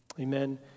Amen